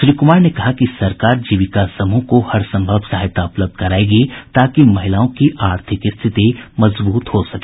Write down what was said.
श्री कुमार ने कहा कि सरकार जीविका समूह को हरसंभव सहायता उपलब्ध करायेगी ताकि महिलाओं की आर्थिक स्थिति मजबूत हो सके